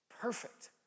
perfect